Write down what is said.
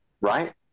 right